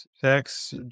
sex